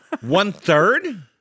One-third